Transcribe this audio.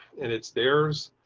and it's theirs.